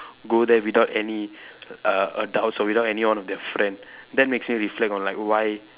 go there without any uh adults or without any one of their friend that makes me reflect on like why